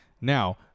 Now